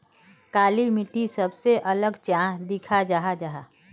काली मिट्टी सबसे अलग चाँ दिखा जाहा जाहा?